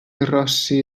rossi